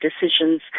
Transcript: decisions